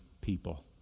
people